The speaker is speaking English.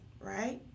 right